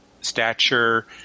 stature